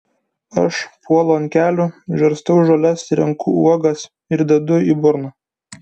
aš puolu ant kelių žarstau žoles renku uogas ir dedu į burną